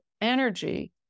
energy